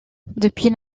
depuis